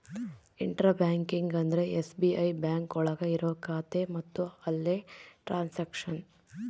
intra banking ಅಂದ್ರೆ SBI bank ಒಳಗ ಇರೋ ಖಾತೆ ಮತ್ತು ಅಲ್ಲೇ ಟ್ರನ್ಸ್ಯಾಕ್ಷನ್